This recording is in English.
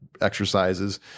exercises